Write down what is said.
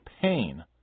pain